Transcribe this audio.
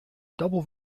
double